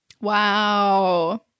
Wow